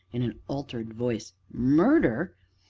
in an altered voice murder?